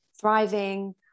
thriving